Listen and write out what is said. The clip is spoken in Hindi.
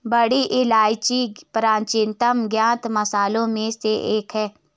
बड़ी इलायची प्राचीनतम ज्ञात मसालों में से एक है